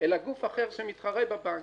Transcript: אלא גוף אחר שמתחרה בבנק.